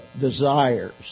desires